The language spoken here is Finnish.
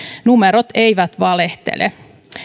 numerot eivät valehtele